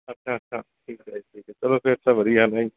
ਅੱਛਾ ਅੱਛਾ ਠੀਕ ਹੈ ਠੀਕ ਹੈ ਚਲੋ ਫਿਰ ਤਾਂ ਵਧੀਆ ਹੈ ਨਾ ਜੀ